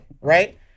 right